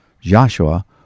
Joshua